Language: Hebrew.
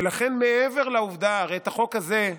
ולכן, מעבר לעובדה, הרי את החוק הזה,